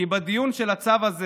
כי בדיון על הצו הזה